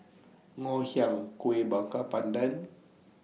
Ngoh Hiang Kuih Bakar Pandan